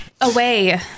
Away